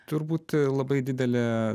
turbūt labai didelė